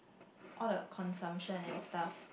all the consumption and stuff